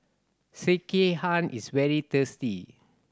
sekihan is very tasty